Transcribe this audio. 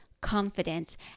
confidence